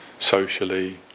socially